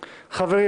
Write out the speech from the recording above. חיצוניים.